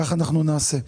כך אנחנו נעשה.